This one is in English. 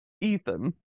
Ethan